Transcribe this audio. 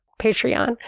Patreon